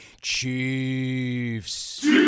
Chiefs